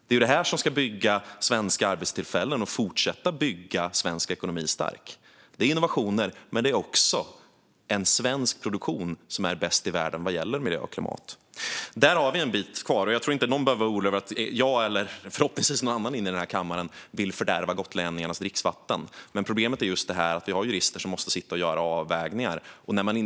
Det är det här som ska skapa svenska arbetstillfällen och fortsätta bygga svensk ekonomi stark. Det är innovationer, men det är också en svensk produktion som är bäst i världen vad gäller miljö och klimat. Där har vi en bit kvar. Jag tror inte att någon behöver vara orolig över att jag eller - förhoppningsvis - någon annan i den här kammaren vill fördärva gotlänningarnas dricksvatten. Problemet är att jurister måste sitta och göra avvägningar.